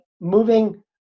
moving